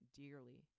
dearly